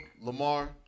Lamar